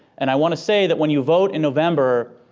and i want to say that when you vote in november,